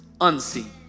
unseen